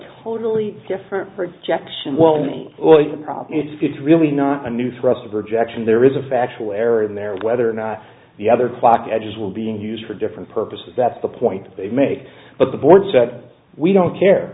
totally different projections it's really not a new thrust of rejection there is a factual error in there whether or not the other clock edges were being used for different purposes that's the point they make but the board said we don't care